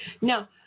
Now